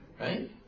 Right